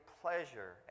pleasure